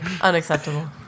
unacceptable